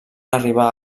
arribar